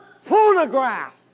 phonograph